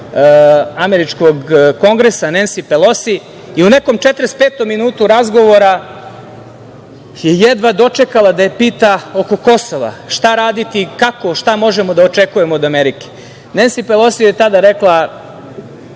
američkog Kongresa Nensi Pelozi. U nekom 45 minutu razgovora je jedva dočekala da ga pita oko Kosova šta raditi, šta možemo da očekujemo od Amerike. Nensi Pelozi je tada rekla,